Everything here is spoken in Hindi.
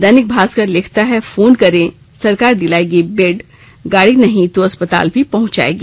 दैनिक भास्कर लिखता है फोन करे सरकार दिलाएगी बेड गाड़ी नही तो अस्पताल भी पहुंचाएगी